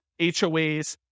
HOAs